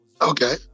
Okay